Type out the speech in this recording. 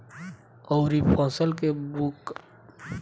अउरी फसल के मुकाबले एकर खेती में ढेर पानी लागेला